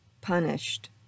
punished